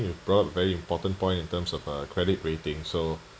you brought up a very important point in terms of uh credit rating so